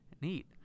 neat